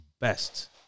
best